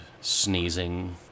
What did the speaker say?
sneezing